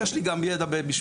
יש לי גם ידע במשפטים,